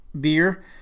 beer